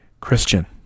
Christian